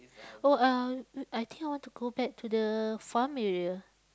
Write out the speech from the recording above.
oh uh I think I want to go back to the farm area